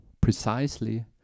precisely